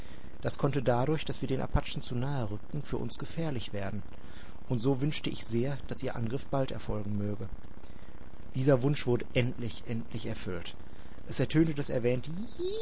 das konnte dadurch daß wir den apachen zu nahe rückten für uns gefährlich werden und so wünschte ich sehr daß ihr angriff bald erfolgen möge dieser wunsch wurde endlich endlich erfüllt es ertönte das erwähnte